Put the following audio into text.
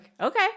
okay